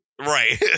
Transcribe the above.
Right